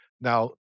Now